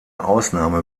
ausnahme